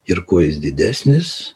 ir kuo jis didesnis